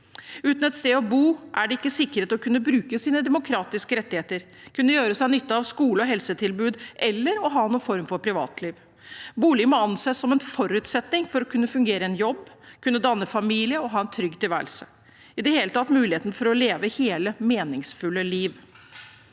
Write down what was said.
Uten et sted å bo er en ikke sikret å kunne bruke sine demokratiske rettigheter, gjøre seg nytte av skole og helsetilbud eller ha noen form for privatliv. Bolig må anses som en forutsetning for å kunne fungere i en jobb, danne familie og ha en trygg tilværelse – i det hele tatt muligheten for å leve et helt, meningsfullt liv.